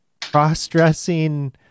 cross-dressing